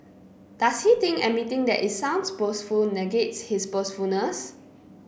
does he think admitting that it sounds boastful negates his boastfulness